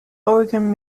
oregon